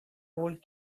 old